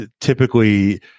typically